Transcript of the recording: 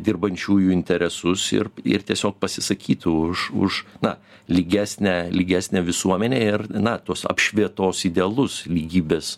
dirbančiųjų interesus ir ir tiesiog pasisakytų už na lygesnę lygesnę visuomenę ir na tos apšvietos idealus lygybės